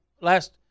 Last